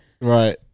Right